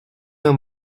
d’un